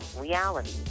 reality